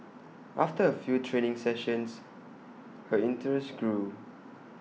after A few training sessions her interest grew